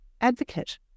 advocate